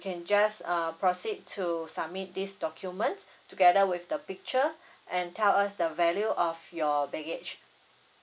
can just uh proceed to submit this document together with the picture and tell us the value of your baggage